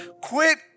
Quit